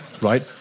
Right